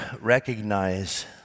recognize